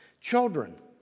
Children